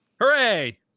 Hooray